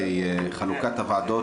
וחלוקת הוועדות,